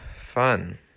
fun